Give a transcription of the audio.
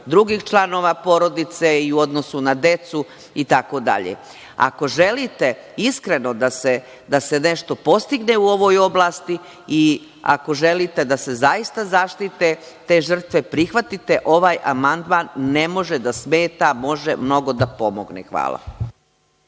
drugih članova porodice i u odnosu na decu itd. Ako želite iskreno da se nešto postigne u ovoj oblasti i ako želite da se zaista zaštite te žrtve, prihvatite ovaj amandman. Ne može da smeta. Može mnogo da pomogne. Hvala.